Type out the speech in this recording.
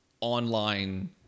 online